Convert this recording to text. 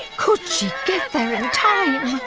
could she get there in time?